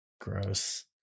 Gross